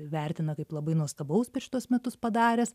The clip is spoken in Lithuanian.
vertina kaip labai nuostabaus per šituos metus padaręs